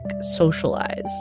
socialize